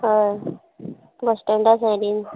हय बसश्टँडा सायडीन